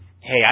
Hey